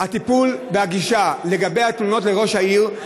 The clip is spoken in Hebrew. הטיפול והגישה לגבי התלונות על ראש העירייה,